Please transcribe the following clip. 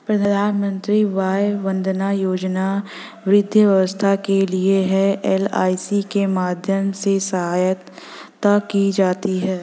प्रधानमंत्री वय वंदना योजना वृद्धावस्था के लिए है, एल.आई.सी के माध्यम से सहायता की जाती है